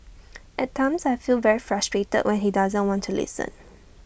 at times I feel very frustrated when he doesn't want to listen